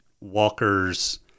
walker's